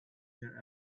their